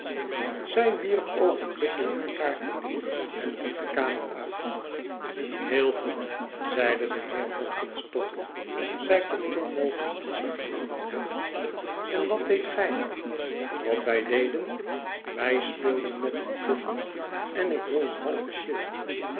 zij wierp oogenblikkelijk haar kaarten neer en liep de kamer uit heel goed zeide de heer watkins tottle zij kon onmogelijk kiescher gehandeld hebben en wat deedt gij wat wij deden wij speelden met een blinde en ik won een halven shilling